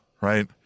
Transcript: right